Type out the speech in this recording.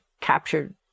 captured